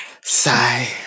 Sigh